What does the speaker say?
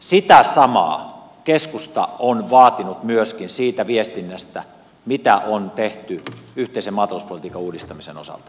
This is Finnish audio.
sitä samaa keskusta on vaatinut myöskin siitä viestinnästä mitä on tehty yhteisen maatalouspolitiikan uudistamisen osalta